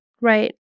Right